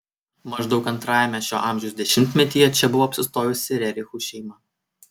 maždaug antrajame šio amžiaus dešimtmetyje čia buvo apsistojusi rerichų šeima